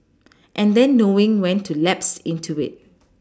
and then knowing when to lapse into it